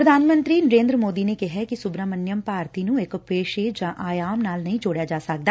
ਪ੍ਰਧਾਨ ਮੰਤਰੀ ਨਰੇਂਦਰ ਮੋਦੀ ਨੇ ਕਿਹੈ ਕਿ ਸੁਬਰਾਮਨਿਅਮ ਭਾਰਤੀ ਨੂੰ ਇਕ ਪੇਸ਼ੇ ਜਾਂ ਆਯਾਮ ਨਾਲ ਨਹੀਂ ਜੋੜਿਆ ਜਾ ਸਕਦਾ